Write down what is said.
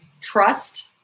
trust